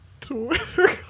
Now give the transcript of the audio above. Twitter